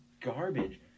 garbage